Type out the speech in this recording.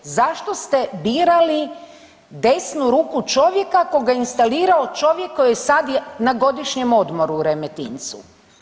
Zašto ste birali desnu ruku čovjeka koga je instalirao čovjek koji je sada na godišnjem odmoru u Remetincu?